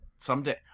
Someday